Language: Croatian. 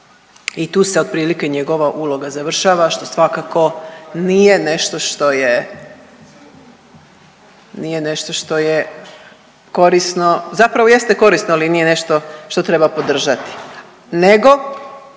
i tu se otprilike njegova uloga završava što svakako nije nešto što je, nije nešto što je korisno zapravo jeste korisno ali nije nešto što treba podržati, nego